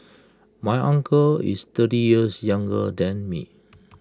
my uncle is thirty years younger than me